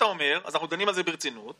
תודה לך שנשארת כדי שאוכל להציג את הנושא.